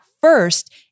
first